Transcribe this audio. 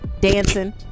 dancing